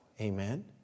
Amen